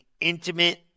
intimate